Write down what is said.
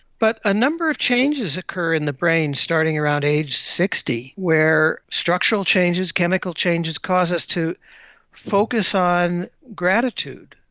but a number of changes occur in the brain, starting around age sixty where structural changes, chemical changes cause us to focus on gratitude,